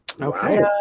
Okay